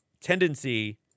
tendency